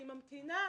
ואני ממתינה.